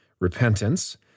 repentance